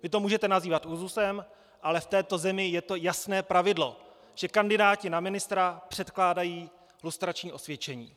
Vy to můžete nazývat úzusem, ale v této zemi je to jasné pravidlo že kandidáti na ministra předkládají lustrační osvědčení.